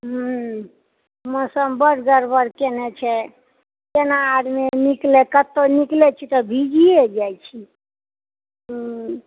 हूँ मौसम बड़ गड़बड़ केने छै आइ केना आदमी निकलै कतहुँ निकलै छी तऽ भिगिए जाइत छी हूँ